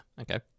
Okay